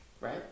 right